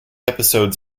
episodes